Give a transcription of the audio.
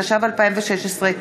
התשע"ו 2016,